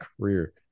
career